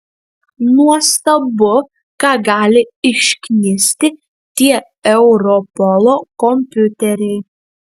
nuostabu ką gali išknisti tie europolo kompiuteriai